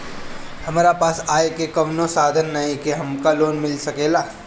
हमरा पास आय के कवनो साधन नईखे हमरा लोन मिल सकेला?